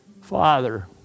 Father